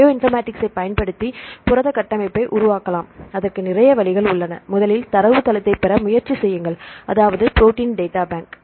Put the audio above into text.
bio informatics ஐ பயன்படுத்தி புரத கட்டமைப்பை உருவாக்கலாம் அதற்கு நிறைய வழிகள் உள்ளன முதலில் தரவு தளத்தை பெற முயற்சி செய்யுங்கள் அதாவது புரோட்டின் டேட்டா பேங்க்